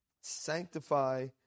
Sanctify